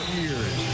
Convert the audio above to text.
years